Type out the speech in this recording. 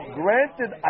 granted